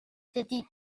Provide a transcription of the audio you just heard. city